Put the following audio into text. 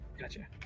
Gotcha